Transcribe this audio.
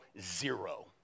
zero